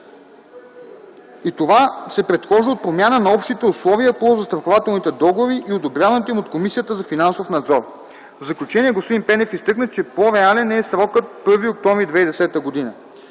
И това се предхожда от промяна на общите условия по застрахователните договори и одобряването им от Комисията за финансов надзор. В заключение господин Пенев изтъкна, че по-реален е срокът 1 октомври 2010 г.